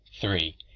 three